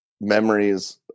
memories